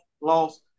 loss